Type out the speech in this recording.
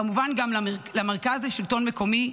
כמובן, גם למרכז לשלטון מקומי,